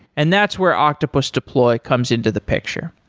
and that's where octopus deploy comes into the picture.